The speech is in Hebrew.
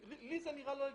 לי זה נראה לא הגיוני.